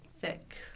thick